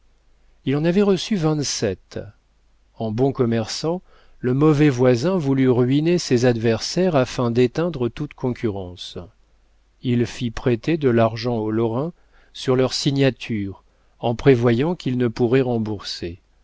il en avait reçu vingt-sept en bon commerçant le mauvais voisin voulut ruiner ses adversaires afin d'éteindre toute concurrence il fit prêter de l'argent aux lorrain sur leur signature en prévoyant qu'ils ne pourraient rembourser